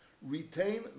retain